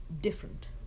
different